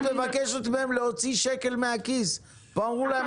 אם את מבקשת מהם להוציא שקל מהכיס פה אמרו להם,